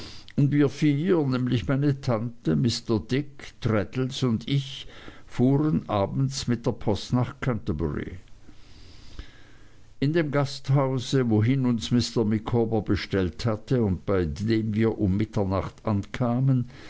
und wir vier nämlich meine tante mr dick traddles und ich fuhren abends mit der post nach canterbury in dem gasthause wohin uns mr micawber bestellt hatte und bei dem wir um mitternacht ankamen